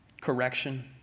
correction